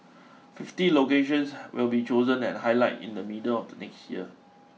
fifty locations will be chosen and highlighted in the middle of next year